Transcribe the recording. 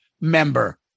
member